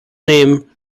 name